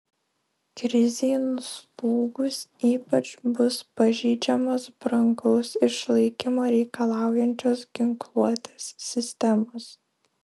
krizei nuslūgus ypač bus pažeidžiamos brangaus išlaikymo reikalaujančios ginkluotės sistemos